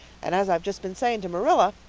and as i've just been sayin' to marilla,